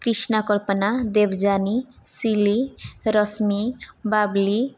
Krishna Kalpana Devyani Sili Rashmi Babli